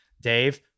Dave